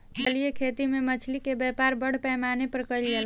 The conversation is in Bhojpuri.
जलीय खेती में मछली के व्यापार बड़ पैमाना पर कईल जाला